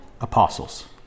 apostles